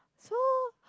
so